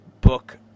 book